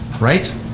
right